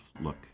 look